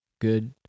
Good